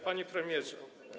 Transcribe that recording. Panie Premierze!